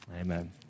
Amen